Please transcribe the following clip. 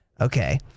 okay